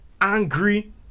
angry